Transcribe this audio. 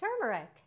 turmeric